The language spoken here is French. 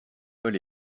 paul